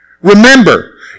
remember